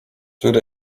würde